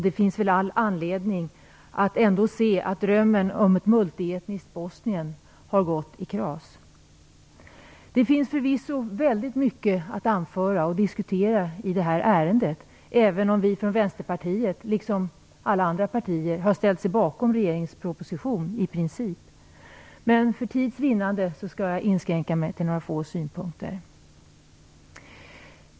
Det finns väl all anledning att ändå se att drömmen om ett multietniskt Bosnien har gått i kras. Det finns förvisso väldigt mycket att anföra och diskutera i det här ärendet, även om Vänsterpartiet liksom alla andra partier har ställt sig bakom regeringens proposition i princip. För tids vinnande skall jag inskränka mig till några få synpunkter.